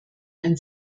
ein